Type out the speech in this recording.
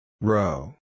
Row